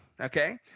Okay